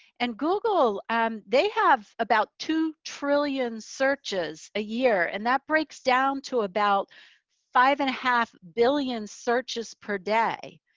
and google, um they have about two trillion searches a year. and that breaks down to about five and a half billion searches per day.